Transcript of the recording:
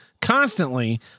constantly